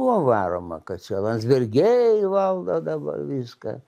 buvo varoma kad čia landsbergiai valdo dabar viską